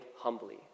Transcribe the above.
humbly